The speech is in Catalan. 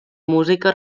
música